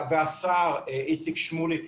והשר איציק שמולי.